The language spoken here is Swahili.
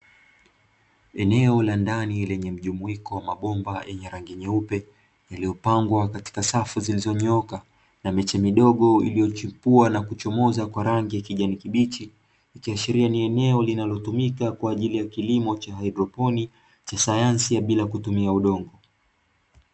vituo vya samani vilivyotengenezwa kwa kutumia mbao, ikiwa ni pamoja na meza kwa ajili ya kulia chakula na matumizi mengineyo, ikiwa na viti nane vilivyoizunguka vilivyopakwa rangi inayong'aa vizuri.